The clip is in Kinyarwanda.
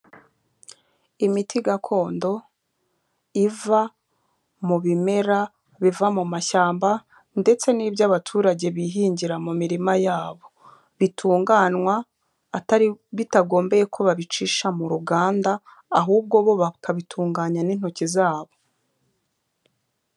Imiti gakondo iva mu bimera biva mu mashyamba, ndetse n'ibyo abaturage bihingira mu mirima yabo, bitunganywa atari bitagombeye ko babicisha mu ruganda, ahubwo bo bakabitunganya n'intoki zabo.